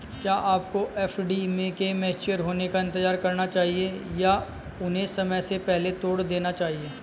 क्या आपको एफ.डी के मैच्योर होने का इंतज़ार करना चाहिए या उन्हें समय से पहले तोड़ देना चाहिए?